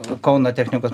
kauno technikos